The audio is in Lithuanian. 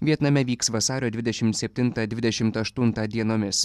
vietname vyks vasario dvidešimt septintą dvidešimt aštuntą dienomis